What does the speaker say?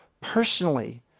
Personally